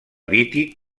liti